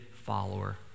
follower